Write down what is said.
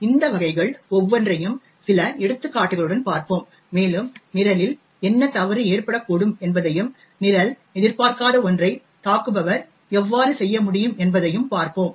எனவே இந்த வகைகள் ஒவ்வொன்றையும் சில எடுத்துக்காட்டுகளுடன் பார்ப்போம் மேலும் நிரலில் என்ன தவறு ஏற்படக்கூடும் என்பதையும் நிரல் எதிர்பார்க்காத ஒன்றை தாக்குபவர் எவ்வாறு செய்ய முடியும் என்பதையும் பார்ப்போம்